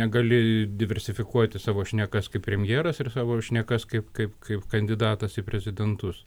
negali diversifikuoti savo šnekas kaip premjeras ir savo šnekas kaip kaip kaip kandidatas į prezidentus